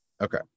Okay